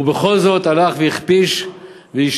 ובכל זאת הוא הלך והכפיש והשמיץ,